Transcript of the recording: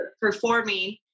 performing